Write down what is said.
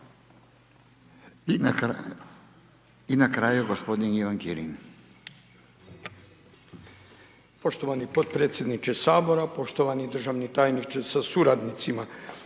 I na kraju gospodin Ivan Kirin.